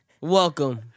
Welcome